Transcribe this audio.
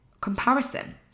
comparison